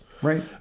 Right